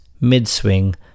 mid-swing